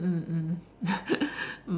mm mm mm